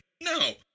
No